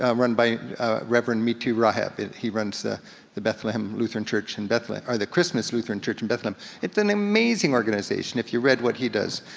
um run by reverend mitri raheb. he runs the the bethlehem lutheran church in bethla, or the christmas lutheran church in bethlehem. it's an amazing organization if you read what he does.